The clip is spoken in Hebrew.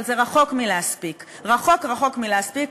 אבל זה רחוק מלהספיק, רחוק רחוק מלהספיק.